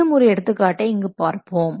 இன்னும் ஒரு எடுத்துக்காட்டை இங்கு பார்ப்போம்